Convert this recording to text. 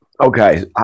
Okay